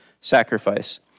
sacrifice